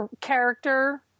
character